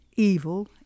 Evil